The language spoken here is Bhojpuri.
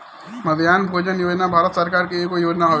मध्याह्न भोजन योजना भारत सरकार के एगो योजना हवे